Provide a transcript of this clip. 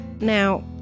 Now